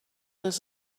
this